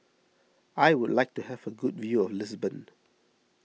I would like to have a good view of Lisbon